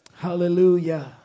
hallelujah